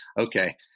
okay